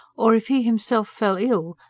or if he himself fell ill,